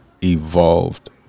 Evolved